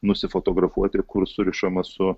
nusifotografuoti ir kur surišama su